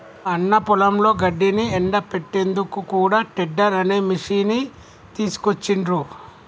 మా అన్న పొలంలో గడ్డిని ఎండపెట్టేందుకు కూడా టెడ్డర్ అనే మిషిని తీసుకొచ్చిండ్రు